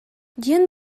диэн